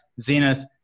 zenith